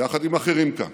יחד עם אחרים כאן